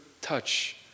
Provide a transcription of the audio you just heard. touch